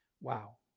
Wow